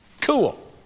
cool